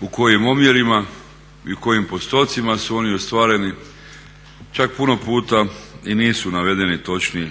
u kojim omjerima i u kojim postocima su oni ostvareni. Čak puno puta i nisu navedeni točni